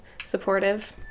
supportive